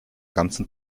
ganzen